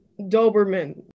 Doberman